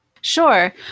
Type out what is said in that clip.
sure